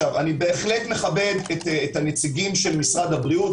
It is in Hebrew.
אני מכבד את נציגי משרד הבריאות,